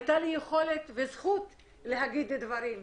הייתה לי היכולת והזכות להגיד דברים.